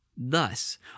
Thus